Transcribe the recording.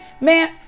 Man